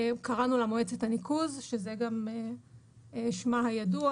קראנו מועצת הניקוז, שזה גם שמה הידוע.